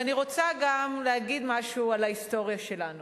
ואני רוצה גם להגיד משהו על ההיסטוריה שלנו,